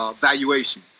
valuation